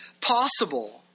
possible